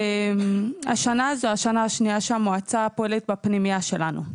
השנה זו השנה השנייה שהמועצה פועלת בפנימייה שלנו.